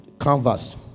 canvas